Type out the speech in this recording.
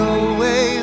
away